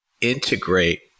integrate